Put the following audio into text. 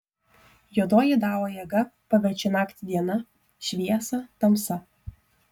juodoji dao jėga paverčia naktį diena šviesą tamsa